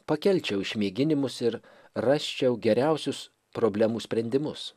pakelčiau išmėginimus ir rasčiau geriausius problemų sprendimus